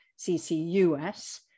CCUS